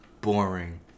boring